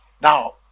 Now